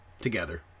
Together